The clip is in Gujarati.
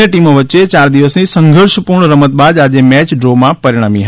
બન્ને ટિમો વચ્ચે ચાર દિવસની સંઘર્ષ પૂર્ણ રમત બાદ આજે મેય ડ્રોમાં પરિણમી હતી